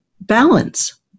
balance